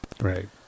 Right